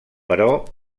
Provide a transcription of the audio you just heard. però